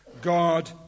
God